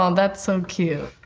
um that's so cute.